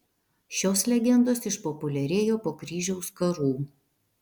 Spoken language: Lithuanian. šios legendos išpopuliarėjo po kryžiaus karų